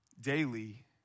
daily